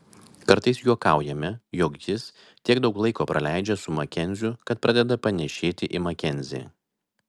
kartais juokaujame jog jis tiek daug laiko praleidžia su makenziu kad pradeda panėšėti į makenzį